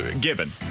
given